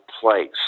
place